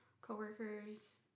coworkers